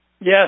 Yes